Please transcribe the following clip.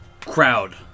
crowd